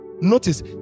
Notice